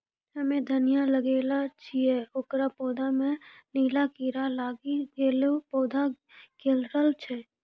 हम्मे धनिया लगैलो छियै ओकर पौधा मे नीला कीड़ा लागी गैलै पौधा गैलरहल छै?